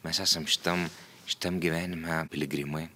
mes esam šitam šitam gyvenime piligrimai